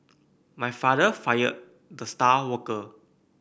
my father fired the star worker